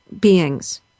beings